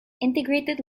integrated